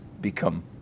become